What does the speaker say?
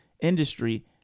Industry